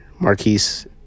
Marquise